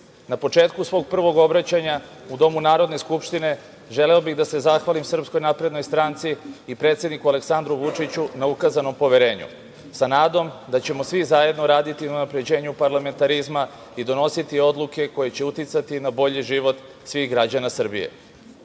na početku svog prvog obraćanja u Domu Narodne skupštine želeo bih da se zahvalim SNS i predsedniku Aleksandru Vučiću na ukazanom poverenju, sa nadom da ćemo svi zajedno raditi na unapređenju parlamentarizma i donositi odluke koje će uticati na bolji život svih građana Srbije. Pred